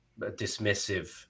dismissive